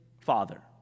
Father